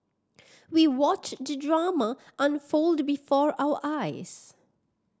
we watched the drama unfold before our eyes